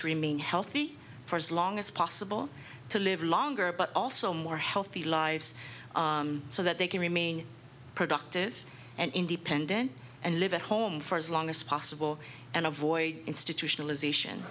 to remain healthy for as long as possible to live longer but also more healthy lives so that they can remain productive and independent and live at home for as long as possible and avoid institutionalization